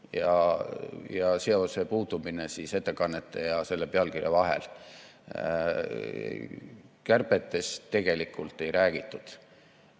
seose puudumine ettekannete ja selle pealkirja vahel. Kärbetest tegelikult ei räägitud.